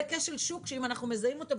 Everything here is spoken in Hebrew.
זה כשל שוק שאם אנחנו מזהים אותו,